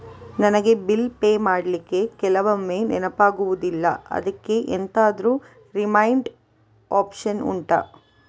ನನಗೆ bill pay ಮಾಡ್ಲಿಕ್ಕೆ ಕೆಲವೊಮ್ಮೆ ನೆನಪಾಗುದಿಲ್ಲ ಅದ್ಕೆ ಎಂತಾದ್ರೂ ರಿಮೈಂಡ್ ಒಪ್ಶನ್ ಉಂಟಾ